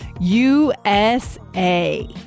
USA